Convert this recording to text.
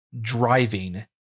driving